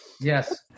Yes